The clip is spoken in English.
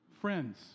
Friends